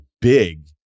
big